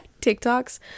TikToks